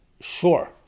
sure